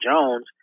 Jones